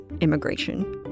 immigration